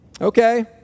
Okay